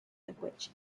language